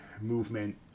movement